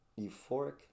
euphoric